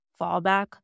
fallback